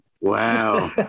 Wow